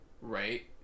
right